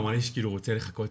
שכאילו הוא רוצה לחכות,